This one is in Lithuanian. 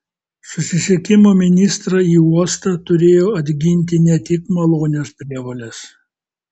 susisiekimo ministrą į uostą turėjo atginti ne tik malonios prievolės